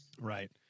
Right